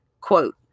Quote